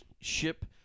ship